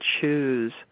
choose